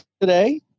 today